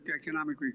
economic